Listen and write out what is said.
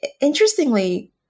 Interestingly